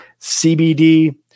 CBD